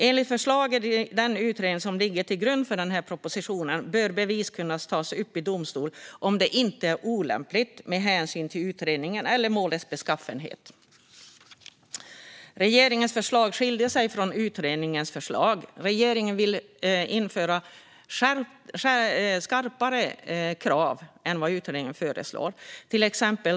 Enligt förslaget i den utredning som ligger till grund för propositionen bör bevis kunna tas upp i domstol om det inte är olämpligt med hänsyn till utredningens eller målets beskaffenhet. Regeringens förslag skiljer sig från utredningens förslag. Regeringen vill införa skarpare krav än vad utredningen föreslår.